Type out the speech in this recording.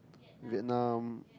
Vietnam